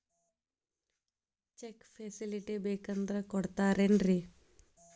Check facility ಬೇಕಂದ್ರ ಕೊಡ್ತಾರೇನ್ರಿ?